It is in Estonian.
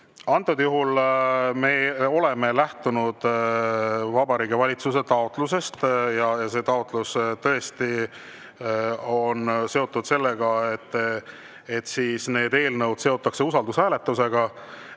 Antud juhul me oleme lähtunud Vabariigi Valitsuse taotlusest. See taotlus on tõesti seotud sellega, et need eelnõud seotakse usaldushääletusega,